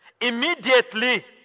Immediately